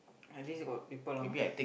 at least you got people lah